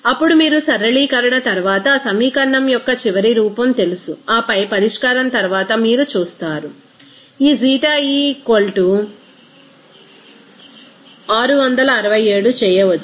అప్పుడు మీరు సరళీకరణ తరువాత సమీకరణం యొక్క చివరి రూపం తెలుసు ఆపై పరిష్కారం తర్వాత మీరు చూస్తారు ఈ ξe 0667 చేయవచ్చు